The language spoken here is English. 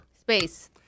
Space